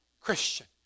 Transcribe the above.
Christian